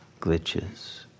glitches